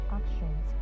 actions